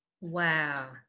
Wow